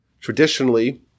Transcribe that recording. Traditionally